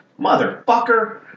Motherfucker